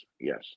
yes